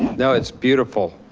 no, it's beautiful.